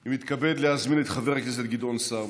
אני מתכבד להזמין את חבר הכנסת גדעון סער.